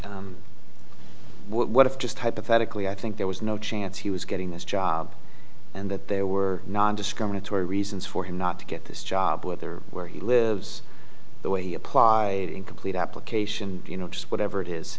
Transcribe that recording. but what if just hypothetically i think there was no chance he was getting this job and that there were nondiscriminatory reasons for him not to get this job whether where he lives the way he applied in complete application you know just whatever it is